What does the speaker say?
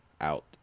out